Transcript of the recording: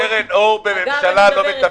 קרן אור בממשלה לא מתפקדת.